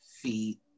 feet